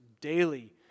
daily